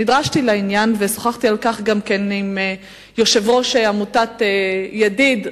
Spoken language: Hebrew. נדרשתי לעניין ושוחחתי על כך גם עם יושב-ראש עמותת "ידיד",